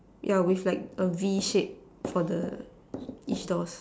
yeah with like V shape for the each doors